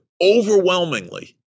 overwhelmingly